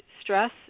stress